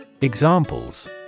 Examples